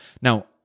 Now